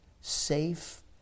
safe